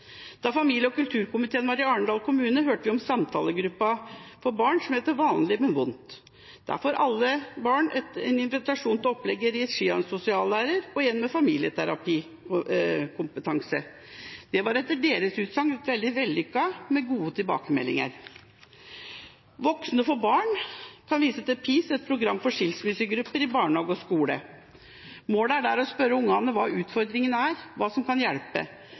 Da familie- og kulturkomiteen var i Arendal kommune, hørte vi om et gruppeopplegg for barn som heter «Vanlig, men vondt», der alle barn får invitasjon til et opplegg i regi av en sosiallærer og en med familieterapeutkompetanse. Dette var etter deres utsagn veldig vellykket, med gode tilbakemeldinger. Voksne for Barn kan vise til PlS, et program for skilsmissegrupper i barnehage og skole. Målet er å spørre barna hva utfordringen er, og hva som kan hjelpe.